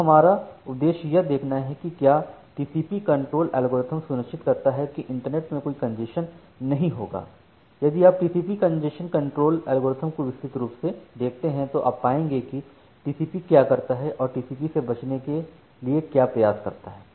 तो हमारा उद्देश्य यह देखना है कि क्या यह टीसीपीकंजेशन कंट्रोल एल्गोरिथ्म सुनिश्चित करता है कि इंटरनेट में कोई कंजेशन नहीं होगा यदि आप टीसीपी कंजेशन कंट्रोल एल्गोरिथ्म को विस्तृत रूप में देखते हैं तो आप पाएंगे कि टीसीपीक्या करता है और टीसीपीकंजेशन से बचने के लिए क्या प्रयास करता है